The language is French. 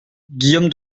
guillaume